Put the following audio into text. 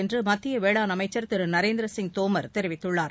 என்று மத்திய வேளாண் அமைச்சர் திரு நரேந்திரசிங் தோமர் தெரிவித்துள்ளார்